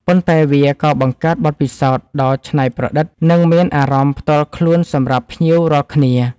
ប៉ុន្តែវាក៏បង្កើតបទពិសោធន៍ដ៏ច្នៃប្រឌិត និងមានអារម្មណ៍ផ្ទាល់ខ្លួនសម្រាប់ភ្ញៀវរាល់គ្នា។